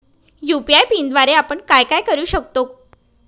UPI पिनद्वारे आपण काय काय करु शकतो?